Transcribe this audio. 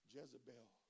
Jezebel